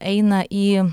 eina į